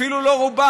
אפילו לא רובם,